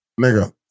Nigga